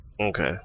Okay